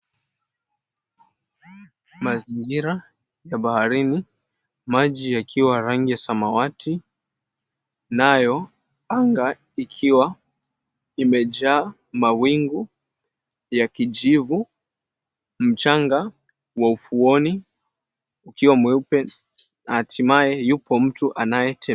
Mazingira ya baharini maji yakiwa rangi ya samawati nayo anga ikiwa imejaa mwingu ya kijivu mchanga wa ufuoni ukia mweupe, hatimaye yupo mtu anaye anatembea.